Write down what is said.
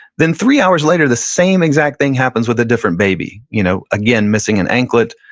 then three hours later, the same exact thing happens with a different baby. you know again, missing an anklet.